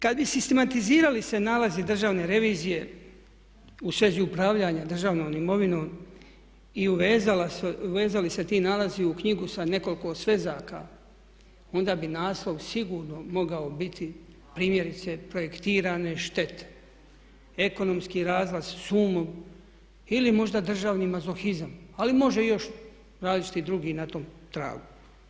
Kada bi se sistematizirali se nalazi državne revizije u svezi upravljanja državnom imovinom i uvezali se ti nalazi u knjigu sa nekoliko svezaka onda bi naslov sigurno mogao biti primjerice projektirane štete, ekonomski … ili možda državni mazohizam ali može još različiti drugi na tom tragu.